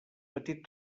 petit